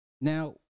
Now